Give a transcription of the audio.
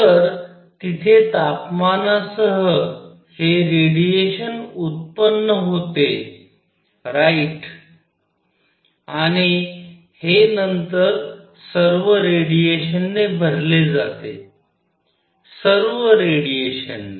तर तिथे तपमानासह हे रेडिएशन उत्पन्न होते राईट आणि हे नंतर सर्व रेडिएशनने भरले जाते सर्व रेडिएशनने